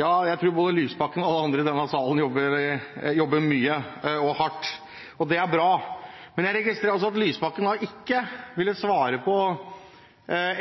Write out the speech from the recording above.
Ja, jeg tror både Lysbakken og alle andre i denne salen jobber mye og hardt – og det er bra. Men jeg registrerer at Lysbakken ikke har villet svare på